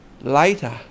later